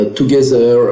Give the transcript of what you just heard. together